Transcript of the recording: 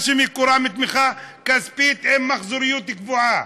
שמקורה מתמיכה כספית עם מחזוריות גבוהה?